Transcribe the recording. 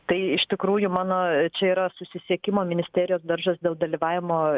tai iš tikrųjų mano čia yra susisiekimo ministerijos daržas dėl dalyvavimo